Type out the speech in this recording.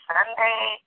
Sunday